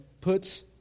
puts